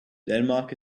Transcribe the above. denmark